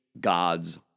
God's